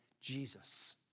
Jesus